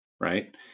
right